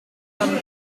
some